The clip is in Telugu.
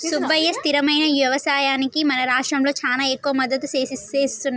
సుబ్బయ్య స్థిరమైన యవసాయానికి మన రాష్ట్రంలో చానా ఎక్కువ మద్దతు సేస్తున్నారు